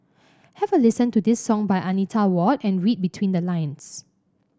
have a listen to this song by Anita Ward and read between the lines